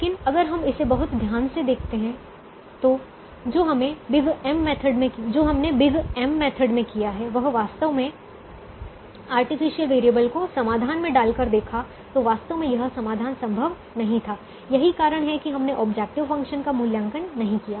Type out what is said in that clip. लेकिन अगर हम इसे बहुत ध्यान से देखते हैं तो जो हमने बिग M मेथड में किया है वह वास्तव में आर्टिफिशियल वेरिएबल को समाधान में डालकर देखा तो वास्तव में यह समाधान संभव नहीं था यही कारण है कि हमने ऑब्जेक्टिव फ़ंक्शन का मूल्यांकन नहीं किया